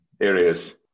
areas